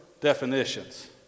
definitions